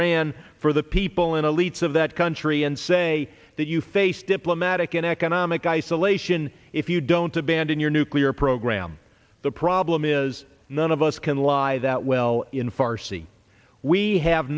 iran for the people in elites of that country and say that you face diplomatic and economic isolation if you don't abandon your nuclear program the problem is none of us can live that well in farsi we have